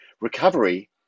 recovery